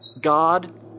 God